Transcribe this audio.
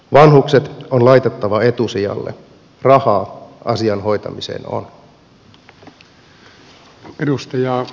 vanhukset on laitettava etusijalle rahaa asian hoitamiseen on